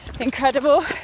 incredible